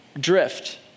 drift